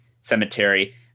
cemetery